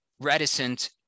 reticent